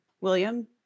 William